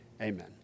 Amen